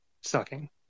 sucking